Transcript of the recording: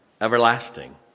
everlasting